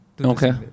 Okay